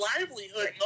livelihood